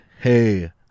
Hey